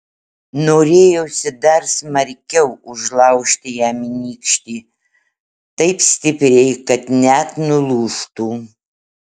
norėjosi dar smarkiau užlaužti jam nykštį taip stipriai kad net nulūžtų